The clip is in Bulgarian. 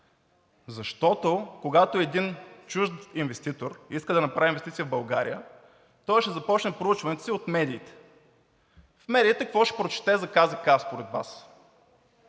защото, когато един чужд инвеститор иска да направи инвестиция в България, той ще започне проучването си от медиите. В медиите какво ще прочете за Комисията за